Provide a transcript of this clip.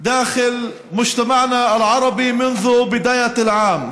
שמות קורבנות האלימות בחברה הערבית שלנו מתחילת השנה.